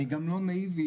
אני גם לא נאיבי,